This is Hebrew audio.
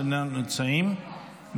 שאינם נמצאים,